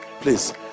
Please